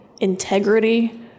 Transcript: integrity